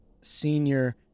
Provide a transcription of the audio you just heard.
senior